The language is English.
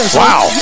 wow